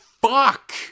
fuck